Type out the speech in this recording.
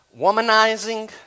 womanizing